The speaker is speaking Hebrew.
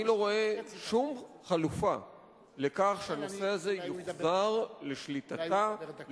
אני לא רואה שום חלופה לכך שהנושא הזה יוחזר לשליטתה,